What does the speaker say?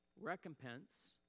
recompense